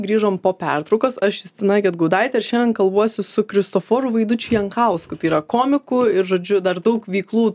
grįžome po pertraukos aš justina gedgaudaitė ir šiandien kalbuosi su kristoforu vaidučiu jankausku tai yra komiku ir žodžiu dar daug veiklų